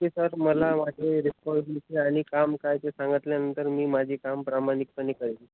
okay sir मला माझी responsibility आणि काम काय ते सांगतल्यानंतर मी माझी काम प्रामानिकपणे करेल